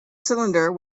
cylinder